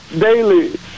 daily